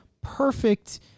perfect